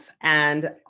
and-